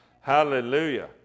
Hallelujah